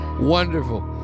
Wonderful